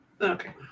Okay